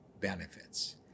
benefits